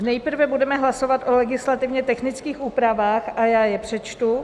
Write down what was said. Nejprve budeme hlasovat o legislativně technických úpravách a já je přečtu.